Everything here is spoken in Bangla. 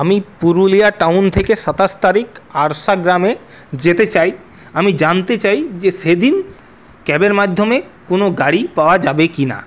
আমি পুরুলিয়া টাউন থেকে সাতাশ তারিখ আরশা গ্রামে যেতে চাই আমি জানতে চাই যে সেদিন ক্যাবের মাধ্যমে কোনো গাড়ি পাওয়া যাবে কি না